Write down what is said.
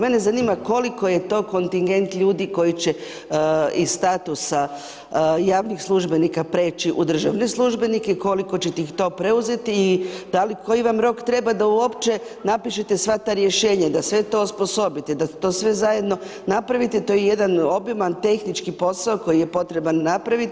Mene zanima koliko je to kontigent ljudi koji će iz statusa javnih službenika preći u državne službenika i koliko ćete ih to preuzeti i da li, koji vam rok treba da uopće napišete sva ta rješenja da sve to osposobite, da to sve zajedno napravite, to je jedan obiman tehnički posao koji je potreban napraviti.